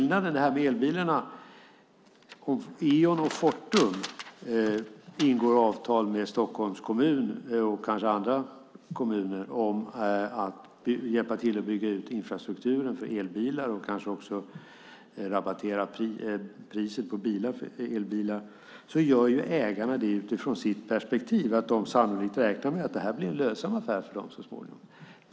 När Eon och Fortum ingår avtal med Stockholms kommun och kanske med andra kommuner om att hjälpa till att bygga ut infrastrukturen för elbilar och kanske också rabattera priset på elbilar, gör de det utifrån perspektivet att det blir en lönsam affär för dem så småningom.